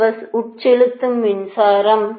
இந்த பஸ் உட்செலுத்தும் மின்சாரம்